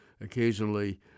occasionally